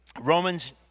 Romans